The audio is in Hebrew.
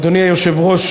אדוני היושב-ראש,